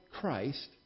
Christ